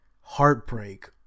heartbreak